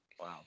Wow